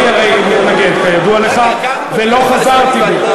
אני הרי מתנגד, כידוע לך, ולא חזרתי בי.